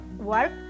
work